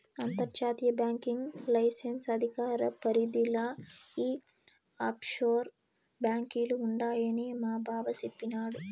అంతర్జాతీయ banking licence అధికార పరిదిల ఈ ఆప్షోర్ బాంకీలు ఉండాయని మాబావ సెప్పిన్నాడు